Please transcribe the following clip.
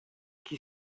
qui